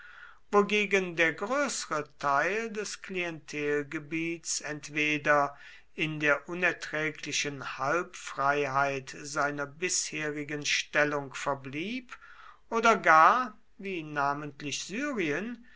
wogegen der größere teil des klientelgebiets entweder in der unerträglichen halbheit seiner bisherigen stellung verblieb oder gar wie namentlich syrien